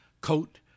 coat